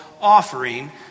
offering